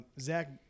Zach